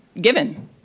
given